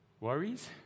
worries